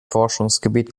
forschungsgebiet